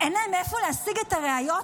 אין להם מאיפה להשיג את הראיות?